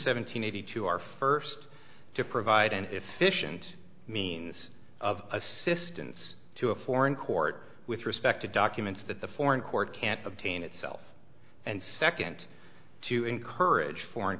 seventeen eighty two our first to provide an efficient means of assistance to a foreign court with respect to documents that the foreign court can't obtain itself and second to encourage foreign